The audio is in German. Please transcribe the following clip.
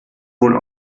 wohl